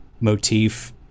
motif